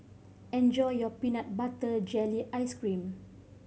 enjoy your peanut butter jelly ice cream